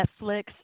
Netflix